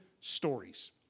stories